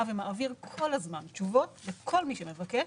ומעביר כל הזמן תשובות לכל מי שמבקש.